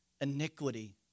iniquity